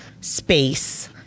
space